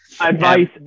advice